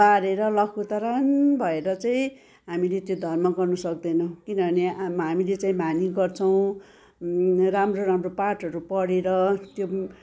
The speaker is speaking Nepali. बारेर लखतरान भएर चाहिँ हामीले त्यो धर्म गर्न सक्दैनौँ किनभने हामीले चाहिँ म्हानी गर्छौँ राम्रो राम्रो पाठहरू पढेर त्यो